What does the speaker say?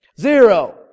Zero